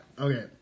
okay